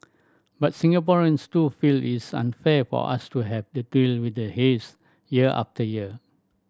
but Singaporeans too feel it's unfair for us to have to deal with the haze year after year